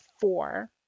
four